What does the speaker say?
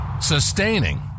sustaining